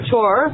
Tour